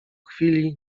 chwili